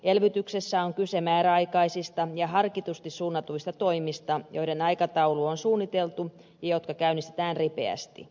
elvytyksessä on kyse määräaikaisista ja harkitusti suunnatuista toimista joiden aikataulu on suunniteltu ja jotka käynnistetään ripeästi